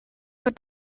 für